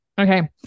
okay